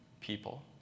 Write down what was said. people